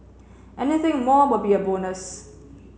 anything more will be a bonus